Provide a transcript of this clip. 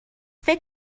فکر